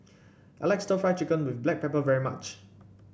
I like stir Fry Chicken with Black Pepper very much